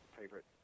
favorite